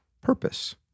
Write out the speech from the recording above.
purpose